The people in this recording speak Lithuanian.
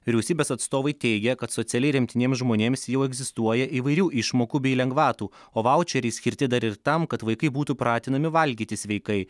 vyriausybės atstovai teigia kad socialiai remtiniems žmonėms jau egzistuoja įvairių išmokų bei lengvatų o vaučeriai skirti dar ir tam kad vaikai būtų pratinami valgyti sveikai